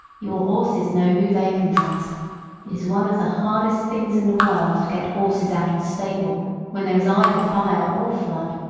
your horses know who they can trust it is one of the hardest things in the world to get horses out of a stable when there is either fire or flood.